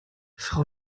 frau